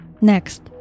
Next